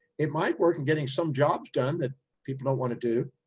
it might work in getting some jobs done that people don't want to do,